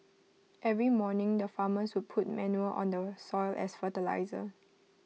every morning the farmers would put manure on the soil as fertiliser